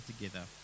together